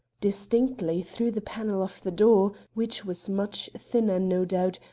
distinctly through the panel of the door, which was much thinner, no doubt,